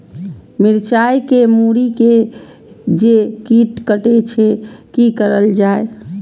मिरचाय के मुरी के जे कीट कटे छे की करल जाय?